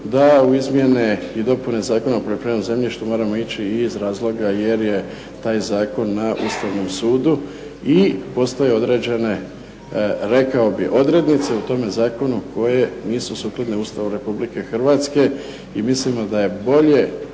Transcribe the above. da u izmjene i dopune Zakona o poljoprivrednom zemljištu moramo ići i iz razloga jer je taj zakon na Ustavnom sudu i postoje određene, rekao bih odrednice u tome zakonu, koje nisu sukladne Ustavu Republike Hrvatske i mislimo da je bolje